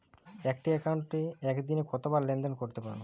একটি একাউন্টে একদিনে কতবার লেনদেন করতে পারব?